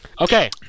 Okay